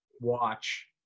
watch